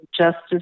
justice